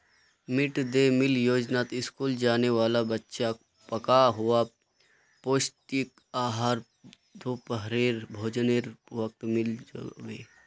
mid day meal योजनात school जाने वाला बच्चाक पका हुआ पौष्टिक आहार दोपहरेर भोजनेर वक़्तत मिल बे